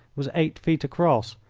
was eight feet across,